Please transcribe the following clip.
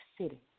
city